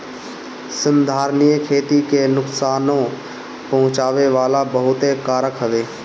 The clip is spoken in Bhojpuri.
संधारनीय खेती के नुकसानो पहुँचावे वाला बहुते कारक हवे